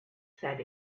said